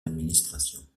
administration